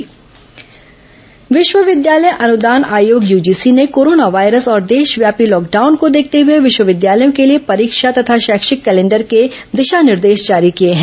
corona UGC विश्वविद्यालय अनुदान आयोग यूजीसी ने कोरोना वायरस और देशव्यापी लॉकडाउन को देखते हुए विश्वविद्यालयों के ै लिए परीक्षा तथा शैक्षिक कैलेंडर के दिशा निर्देश जारी किए हैं